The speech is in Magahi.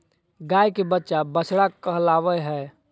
गाय के बच्चा बछड़ा कहलावय हय